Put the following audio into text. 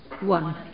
one